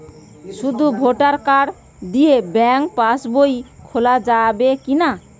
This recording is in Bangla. শুধু ভোটার কার্ড দিয়ে ব্যাঙ্ক পাশ বই খোলা যাবে কিনা?